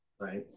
right